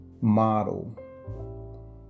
Model